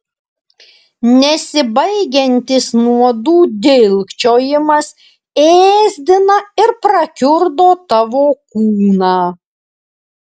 nesibaigiantis nuodų dilgčiojimas ėsdina ir prakiurdo tavo kūną